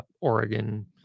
oregon